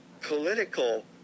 political